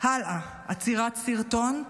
הלאה, עצירת סרטון.